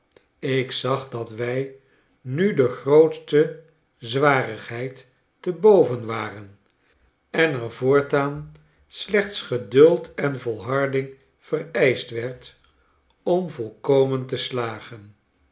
ik zag dat wij nu de grootste zwarigheid teboven waren en er voortaan slechts geduld en volharding vereischt werd om volkomen te slagen